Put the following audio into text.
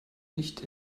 nicht